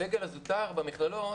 לסגל הזוטר במכללות